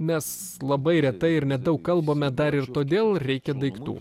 mes labai retai ir nedaug kalbame dar ir todėl reikia daiktų